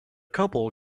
couple